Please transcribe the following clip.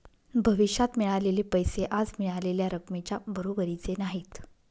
भविष्यात मिळालेले पैसे आज मिळालेल्या रकमेच्या बरोबरीचे नाहीत